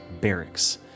barracks